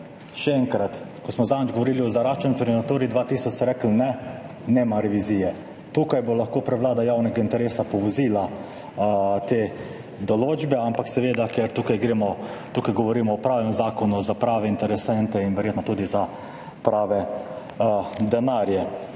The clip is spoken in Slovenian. Še enkrat, ko smo zadnjič govorili o zaraščanju v Naturi 2000, ste rekli, ne, ne bo revizije. Tukaj bo lahko prevlada javnega interesa povozila te določbe, ampak seveda, ker tukaj govorimo o pravem zakonu za prave interesente in verjetno tudi za prave denarje.